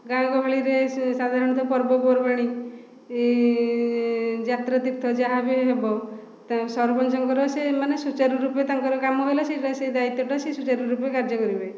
ଗାଁ ଗହଳିରେ ସେ ସାଧାରଣତଃ ପର୍ବପର୍ବାଣି ଯାତ୍ରାତୀର୍ଥ ଯାହା ବି ହେବ ସରପଞ୍ଚଙ୍କର ସେ ମାନେ ସୁଚାରୁ ରୁପେ ତାଙ୍କର କାମ ହେଲା ସେ ସେ ଦାୟିତ୍ୱଟା ସେ ସୁଚାରୁ ରୁପେ କାର୍ଯ୍ୟ କରିବେ